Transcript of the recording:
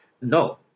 No